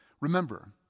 remember